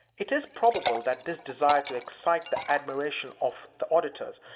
it is probable that this desire to excite the admiration of the auditors,